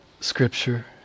Scripture